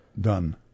done